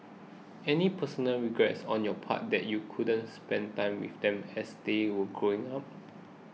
any personal regrets on your part that you couldn't spend time with them as they were growing up